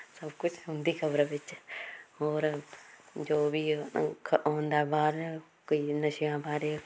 ਸਭ ਕੁਛ ਹੁੰਦੀ ਖਬਰ ਵਿੱਚ ਹੋਰ ਜੋ ਵੀ ਅ ਖ ਆਉਂਦਾ ਬਾਹਰ ਕਈ ਨਸ਼ਿਆਂ ਬਾਰੇ